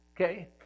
Okay